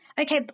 Okay